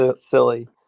silly